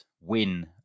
win